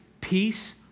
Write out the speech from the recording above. peace